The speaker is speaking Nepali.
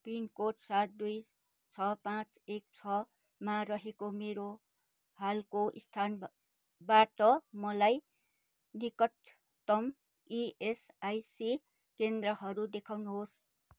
पिनकोड सात दुई छ पाँच एक छमा रहेको मेरो हालको स्थानबाट मलाई निकटतम इएसआइसी केन्द्रहरू देखाउनुहोस्